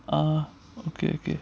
ah okay okay